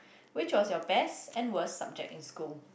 which was your best and worst subject in school